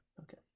Okay